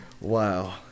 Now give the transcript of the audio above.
Wow